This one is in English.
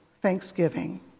Thanksgiving